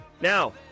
Now